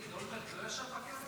תגיד, אולמרט לא ישב בכלא?